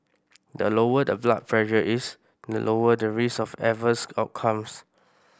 the lower the blood pressure is the lower the risk of adverse outcomes